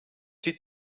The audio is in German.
sie